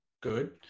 good